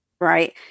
right